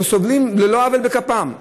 הם סובלים על לא עוול בכפם.